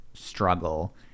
struggle